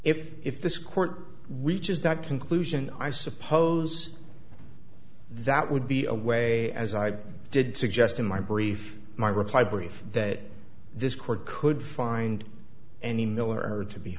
if if this court reaches that conclusion i suppose that would be a way as i did suggest in my brief my reply brief that this court could find any miller to be